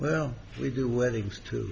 well we do weddings to